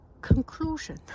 conclusion